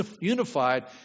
unified